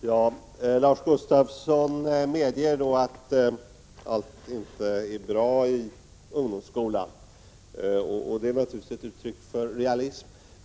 Herr talman! Lars Gustafsson medger att allt inte är bra i ungdomsskolan. Det är naturligtvis ett uttryck för realism.